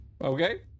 okay